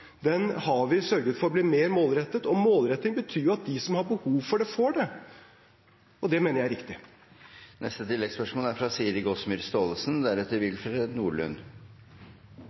har vi sørget for at den blir mer målrettet, og målretting betyr at de som har behov for det, får det, og det mener jeg er riktig.